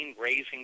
raising